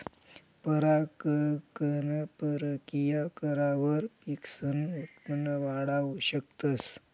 परागकण परकिया करावर पिकसनं उत्पन वाढाऊ शकतस